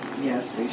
yes